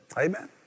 Amen